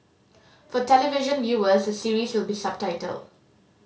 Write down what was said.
for television viewers the series will be subtitled